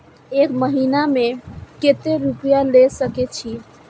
एक महीना में केते रूपया ले सके छिए?